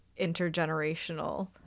intergenerational